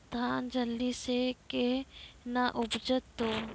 धान जल्दी से के ना उपज तो?